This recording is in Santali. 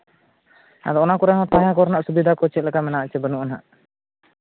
ᱟᱫᱚ ᱚᱱᱟ ᱠᱚᱨᱮ ᱦᱚᱸ ᱛᱟᱦᱮᱱ ᱠᱚᱨᱮᱱᱟᱜ ᱥᱩᱵᱤᱫᱷᱟ ᱠᱚ ᱪᱮᱫ ᱞᱮᱠᱟ ᱢᱮᱱᱟᱜ ᱟᱥᱮ ᱵᱟᱹᱱᱩᱜᱼᱟ ᱦᱟᱸᱜ